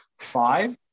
five